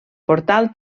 portal